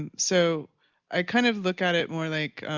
and so i kind of look at it more like